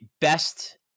best